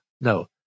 No